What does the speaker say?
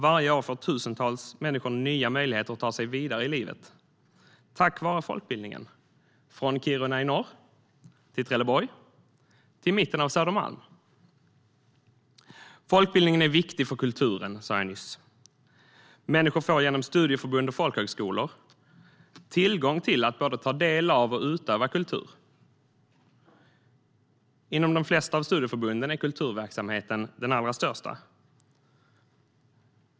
Varje år får tusentals människor nya möjligheter att ta sig vidare i livet tack vare folkbildningen - från Kiruna i norr till Trelleborg och till mitten av Södermalm. Folkbildningen är viktig för kulturen. Människor får genom studieförbund och folkhögskolor både ta del av kultur och utöva kultur. Inom de flesta av studieförbunden är kulturverksamheten den största.